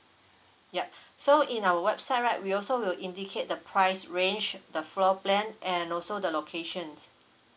yup so in our website right we also will indicate the price range the floor plan and also the locations